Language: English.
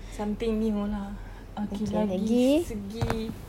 something new lah okay dari segi